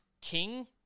King